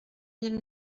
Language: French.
mille